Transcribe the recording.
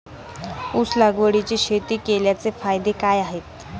ऊस लागवडीची शेती केल्याचे फायदे काय आहेत?